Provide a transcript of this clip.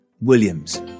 Williams